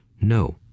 no